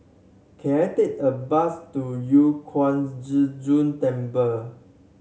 can I take a bus to Yu Huang Zhi Zun Temple